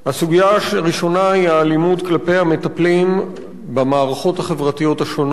הסוגיה הראשונה היא האלימות כלפי המטפלים במערכות החברתיות השונות.